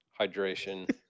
hydration